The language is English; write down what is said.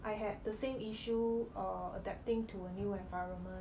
I had the same issue err adapting to a new environment